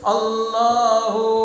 Allahu